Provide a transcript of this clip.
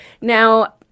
Now